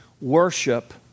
worship